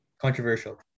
controversial